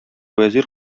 вәзир